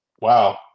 wow